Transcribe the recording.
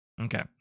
Okay